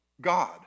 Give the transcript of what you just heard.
God